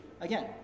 again